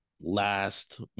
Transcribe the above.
last